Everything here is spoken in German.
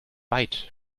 weit